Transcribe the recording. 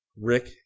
Rick